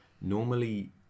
normally